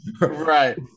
right